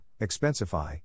Expensify